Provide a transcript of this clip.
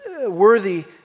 worthy